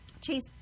Chase